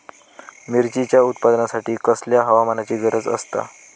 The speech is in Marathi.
मिरचीच्या उत्पादनासाठी कसल्या हवामानाची गरज आसता?